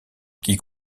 qui